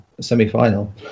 semi-final